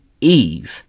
Eve